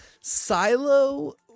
Silo